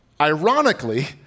Ironically